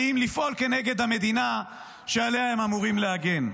באים לפעול נגד המדינה שעליה הם אמורים להגן.